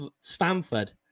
Stanford